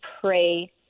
pray